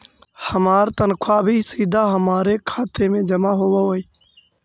हमार तनख्वा भी सीधा हमारे खाते में जमा होवअ हई